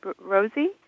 Rosie